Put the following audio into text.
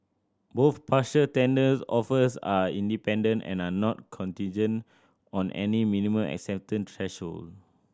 both partial tenders offers are independent and are not contingent on any minimum acceptance threshold